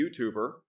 YouTuber